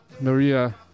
Maria